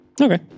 Okay